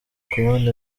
kubona